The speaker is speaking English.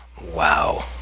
Wow